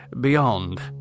beyond